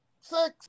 Six